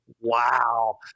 wow